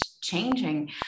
changing